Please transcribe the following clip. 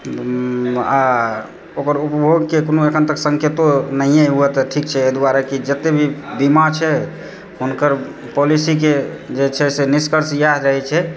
आ ओकर उपभोगके कोनो एखन तक सङ्केतो नहिए हुअऽ तऽ ठीक छै एहि दुआरे कि जते भी बीमा छै हुनकर पाॅलिसीके जे छै से निष्कर्ष ओएह रहै छै